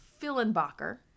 Fillenbacher